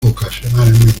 ocasionalmente